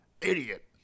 Idiot